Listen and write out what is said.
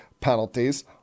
penalties